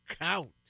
count